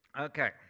Okay